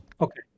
Okay